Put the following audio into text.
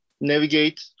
Navigate